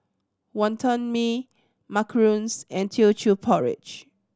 Wonton Mee macarons and Teochew Porridge